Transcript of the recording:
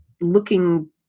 looking